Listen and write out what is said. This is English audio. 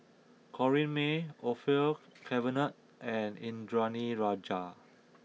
Corrinne May Orfeur Cavenagh and Indranee Rajah